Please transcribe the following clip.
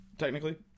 technically